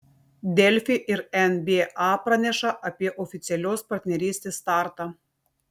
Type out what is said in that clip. delfi ir nba praneša apie oficialios partnerystės startą